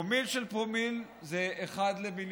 פרומיל של פרומיל זה אחד למיליון.